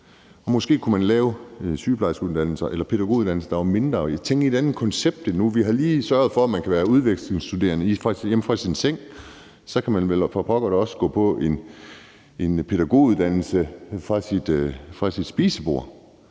tænke i et andet koncept, end vi gør nu. Vi har lige sørget for, at man kan være udvekslingsstuderende hjemme fra sin seng. Så kan man vel for pokker da også gå på en pædagoguddannelse fra sit spisebord.